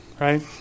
right